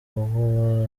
uwo